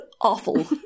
awful